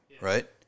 right